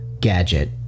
gadget